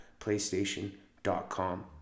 playstation.com